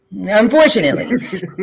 unfortunately